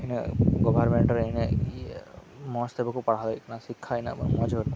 ᱩᱱᱟᱹᱜ ᱜᱚᱵᱷᱨᱢᱮᱱᱴ ᱨᱮ ᱩᱱᱟᱹᱜ ᱢᱚᱡᱽ ᱛᱮ ᱵᱟᱠᱚ ᱯᱟᱲᱦᱟᱣ ᱮᱫ ᱠᱟᱱᱟ ᱥᱤᱠᱽᱠᱷᱟ ᱩᱱᱟᱹᱜ ᱢᱚᱡᱽ ᱵᱟᱹᱱᱩᱜᱼᱟ